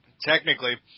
Technically